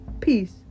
Peace